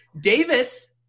Davis